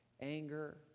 anger